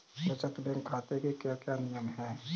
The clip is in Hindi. बचत बैंक खाते के क्या क्या नियम हैं?